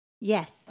Yes